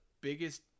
biggest